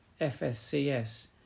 FSCS